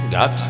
Got